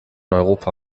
europa